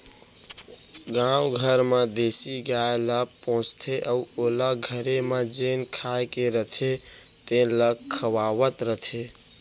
गाँव घर म देसी गाय ल पोसथें अउ ओला घरे म जेन खाए के रथे तेन ल खवावत रथें